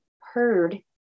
heard